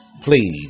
Please